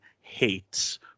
hates